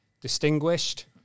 distinguished